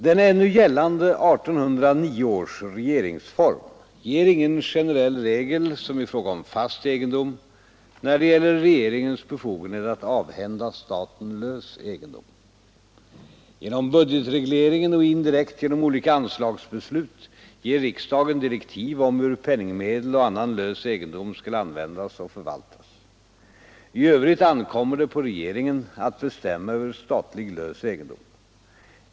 Den ännu gällande 1809 års regeringsform ger ingen generell regel — som i fråga om fast egendom — när det gäller regeringens befogenhet att avhända staten lös egendom. Genom budgetregleringen och indirekt genom olika anslagsbeslut ger riksdagen direktiv om hur penningmedel och annan lös egendom skall användas och förvaltas. I övrigt ankommer det på regeringen att bestämma över statlig lös egendom.